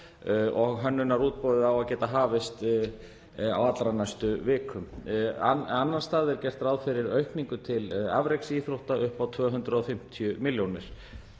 Hönnunarútboð á að geta hafist á allra næstu vikum. Annars staðar er gert ráð fyrir aukningu til afreksíþrótta upp á 250 milljónir.